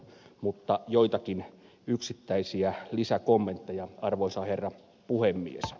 mutta joitakin yksittäisiä lisäkommentteja arvoisa herra puhemies